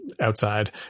outside